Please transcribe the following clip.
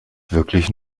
wirklich